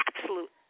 absolute